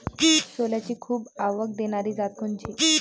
सोल्याची खूप आवक देनारी जात कोनची?